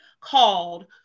called